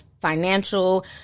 financial